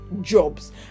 jobs